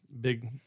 big